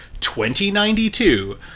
2092